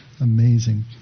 amazing